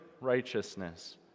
righteousness